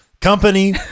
company